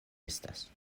estas